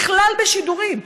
בכלל בשידורים,